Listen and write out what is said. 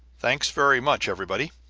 thanks very much, everybody.